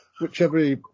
whichever